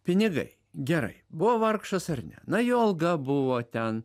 pinigai gerai buvo vargšas ar ne na jo alga buvo ten